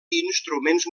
instruments